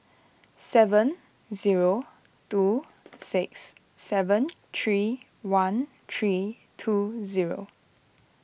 seven zero two six seven three one three two zero